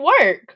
work